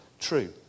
true